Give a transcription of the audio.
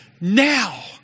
now